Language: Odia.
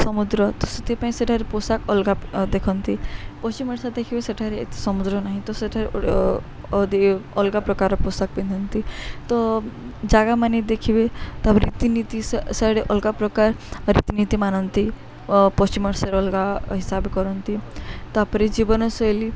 ସମୁଦ୍ର ତ ସେଥିପାଇଁ ସେଠାରେ ପୋଷାକ ଅଲଗା ଦେଖନ୍ତି ପଶ୍ଚିମ ଓଡ଼ିଶା ଦେଖିବେ ସେଠାରେ ଏତେ ସମୁଦ୍ର ନାହିଁ ତ ସେଠାରେ ଟିକେ ଅଲଗା ପ୍ରକାର ପୋଷାକ ପିନ୍ଧନ୍ତି ତ ଜାଗାମାନେ ଦେଖିବେ ତା' ରୀତିନୀତି ସେଆଡ଼େ ଅଲଗା ପ୍ରକାର ରୀତିନୀତି ମାନନ୍ତି ପଶ୍ଚିମ ଓଡ଼ିଶାରେ ଅଲଗା ହିସାବ କରନ୍ତି ତାପରେ ଜୀବନଶୈଳୀ